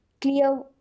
clear